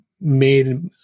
made